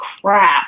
crap